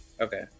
okay